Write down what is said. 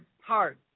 Hard